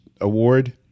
Award